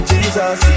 Jesus